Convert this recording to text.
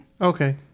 Okay